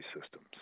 systems